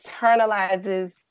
internalizes